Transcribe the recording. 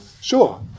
Sure